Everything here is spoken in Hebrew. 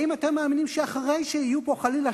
האם אתם מאמינים שאחרי שיהיו פה חלילה